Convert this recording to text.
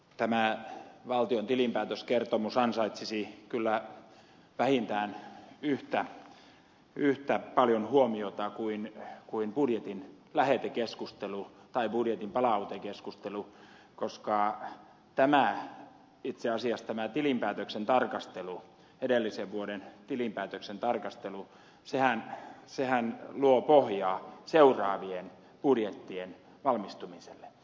tämä valtion tilinpäätöskertomus ansaitsisi kyllä vähintään yhtä paljon huomiota kuin budjetin lähetekeskustelu tai budjetin palautekeskustelu koska itse asiassa tämä tilinpäätöksen tarkastelu edellisen vuoden tilinpäätöksen tarkastelu luo pohjaa seuraavien budjettien valmistumiselle